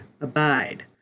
abide